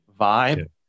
vibe